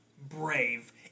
brave